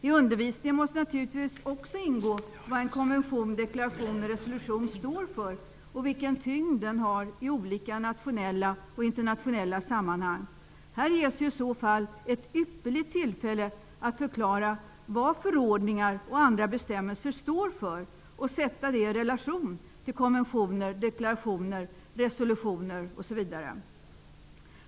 I undervisningen måste naturligtvis också ingå vad en konvention, deklaration och resolution står för och vilken tyngd den har i olika nationella och internationella sammanhang. Här ges ju i så fall ett ypperligt tillfälle att förklara vad förordningar och andra bestämmelser står för och sätta det i relation till konventioner, deklarationer, resolutioner m.m.